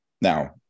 Now